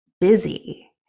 busy